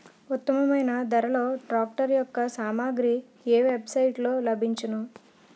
ఉత్తమమైన ధరలో ట్రాక్టర్ యెక్క సామాగ్రి ఏ వెబ్ సైట్ లో లభించును?